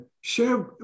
share